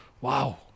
wow